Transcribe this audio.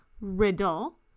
riddle